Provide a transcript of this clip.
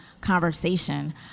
conversation